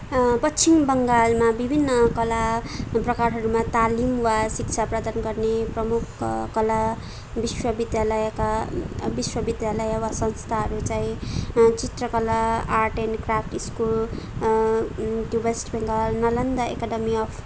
पश्चिम बङ्गालमा विभिन्न कला प्रकारहरूमा तालिम वा शिक्षा प्रदान गर्ने प्रमुख क कला विश्वविद्यालयका विश्वविद्यालय वा संस्थाहरू चाहिँ चित्रकला art and craft school West Bengal Nalanda academy of